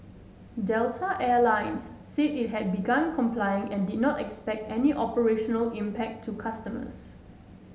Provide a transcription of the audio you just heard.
Delta Air Lines said it had begun complying and did not expect any operational impact to customers